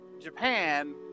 Japan